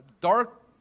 dark